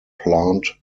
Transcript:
plant